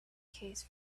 case